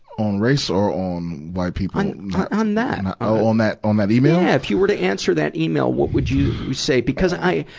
on race or on why people paul on, on that? and oh, on that, on that email? yeah! if you were to answer that email, what would you say? because i,